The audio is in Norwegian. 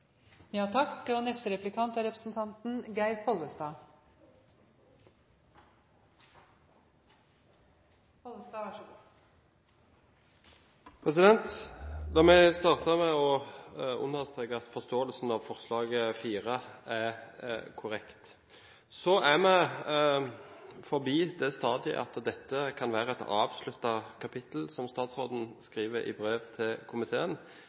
La meg starte med å understreke at forståelsen av forslag nr. 4 er korrekt. Vi er forbi det stadiet at dette kan være et avsluttet kapittel, som statsråden skriver i brev til komiteen.